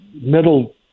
middle